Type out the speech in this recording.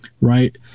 right